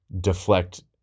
deflect